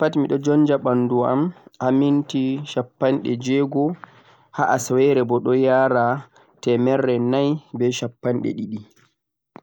nde vetipat miɗon jonja ɓandu am je minti shappanɗe jewego, ha asawere bo ɗon yara temerre nai ɓe shappanɗe ɗiɗi